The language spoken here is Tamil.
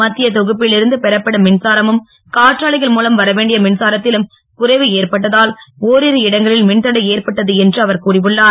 மத்திய தொகுப்பில் இருந்து பெறப்படும் மின்சாரமும காற்றாலைகள் மூலம் வரவேண்டிய மின்சாரத்திலும் குறைவு ஏற்பட்டதால் ஓரிரு இடங்களில் மின்தடை ஏற்பட்டது என்று அவர் கூறியுள்ளார்